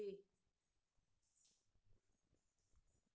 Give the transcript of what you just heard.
మూడు వేర్వేరు హార్వెస్టింగ్ ప్రక్రియలను కలపడం వల్ల కంబైన్ అనే పేరు వచ్చింది